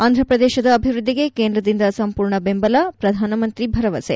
ಆಂಧ್ಯಪ್ರದೇಶದ ಅಭಿವೃದ್ದಿಗೆ ಕೇಂದ್ರದಿಂದ ಸಂಪೂರ್ಣ ಬೆಂಬಲ ಪ್ರಧಾನಮಂತ್ರಿ ಭರವಸೆ